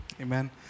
Amen